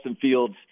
Fields